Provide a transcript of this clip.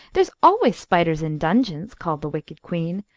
there's always spiders in dungeons, called the wicked queen,